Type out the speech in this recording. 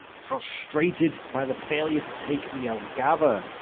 frustrated by the failure to take yeah jelgava,